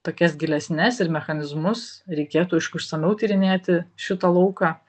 tokias gilesnes ir mechanizmus reikėtų aišku išsamiau tyrinėti šitą lauką